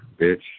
bitch